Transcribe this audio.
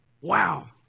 Wow